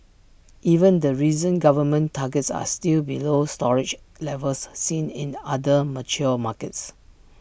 even the recent government targets are still below storage levels seen in other mature markets